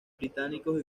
británicos